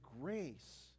grace